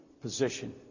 position